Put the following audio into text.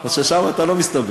או ששם אתה לא מסתבך?